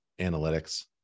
analytics